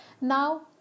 Now